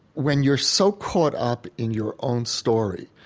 when you're so caught up in your own story,